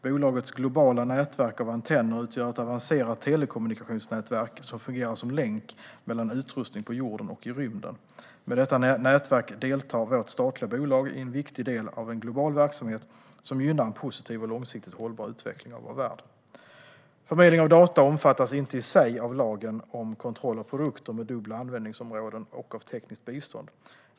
Bolagets globala nätverk av antenner utgör ett avancerat telekommunikationsnätverk som fungerar som länk mellan utrustning på jorden och i rymden. Med detta nätverk deltar vårt statliga bolag i en viktig del av en global verksamhet som gynnar en positiv och långsiktigt hållbar utveckling av vår värld. Förmedling av data omfattas inte i sig av lagen om kontroll av produkter med dubbla användningsområden och av tekniskt bistånd.